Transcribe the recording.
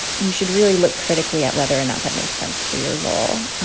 you should really look critically at whether or not that makes sense for your role,